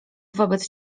wobec